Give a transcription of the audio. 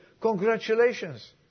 congratulations